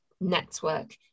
network